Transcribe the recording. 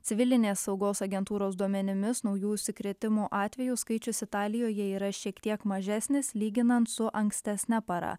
civilinės saugos agentūros duomenimis naujų užsikrėtimo atvejų skaičius italijoje yra šiek tiek mažesnis lyginant su ankstesne para